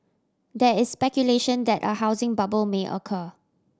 there is speculation that a housing bubble may occur